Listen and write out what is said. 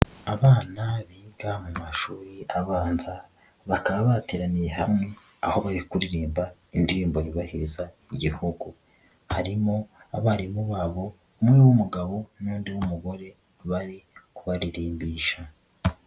Abana biga mu mashuri abanza, bakaba bateraniye hamwe aho bari kuririmba indirimbo yubahiriza igihugu. Harimo abarimu babo umwe w'umugabo n'undi mugore bari kubaririmbisha.